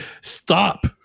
Stop